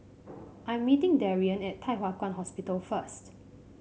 I am meeting Darion at Thye Hua Kwan Hospital first